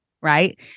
right